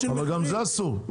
אבל גם זה אסור.